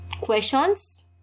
questions